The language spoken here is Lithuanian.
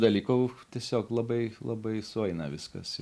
dalykų tiesiog labai labai sueina viskas